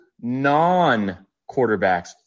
non-quarterbacks